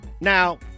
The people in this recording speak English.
Now